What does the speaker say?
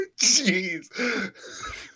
Jeez